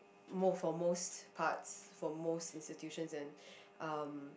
mo~ for most parts for most institutions and um